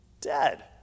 Dead